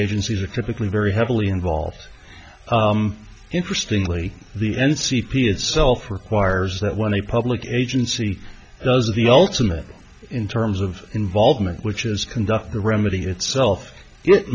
agencies are typically very heavily involved interesting lee the n c p itself requires that when a public agency does the ultimate in terms of involvement which is conduct the remedy itself it